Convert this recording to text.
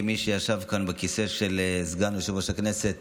כמי שישב כאן בכיסא של סגן יושב-ראש הכנסת,